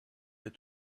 est